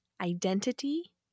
identity